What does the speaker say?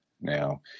Now